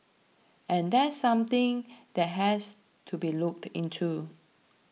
and that's something that has to be looked into